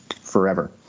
forever